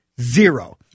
Zero